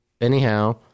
anyhow